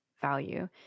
value